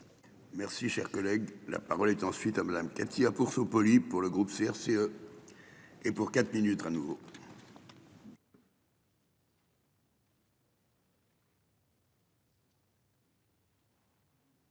Merci, cher collègue, la parole est ensuite à Madame Katia pour polie pour le groupe CRCE. Et pour quatre minutes à nouveau.